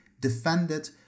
defended